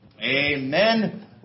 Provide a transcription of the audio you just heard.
Amen